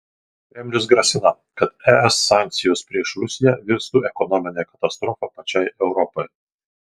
kremlius grasina kad es sankcijos prieš rusiją virstų ekonomine katastrofa pačiai europai